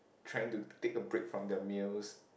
trying to take a break from their meals